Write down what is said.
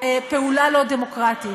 פעולה לא דמוקרטית.